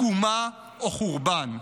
תקומה או חורבן,